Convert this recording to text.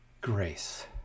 grace